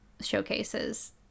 showcases